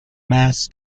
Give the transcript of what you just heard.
mass